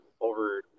over